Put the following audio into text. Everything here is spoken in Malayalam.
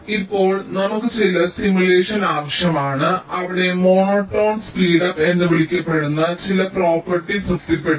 ഇപ്പോൾ നമുക്ക് ചില സിമുലേഷൻ ആവശ്യമാണ് അവിടെ മോണോടോൺ സ്പീഡ്അപ്പ് എന്ന് വിളിക്കപ്പെടുന്ന ചില പ്രോപ്പർട്ടികൾ തൃപ്തിപ്പെടുത്തണം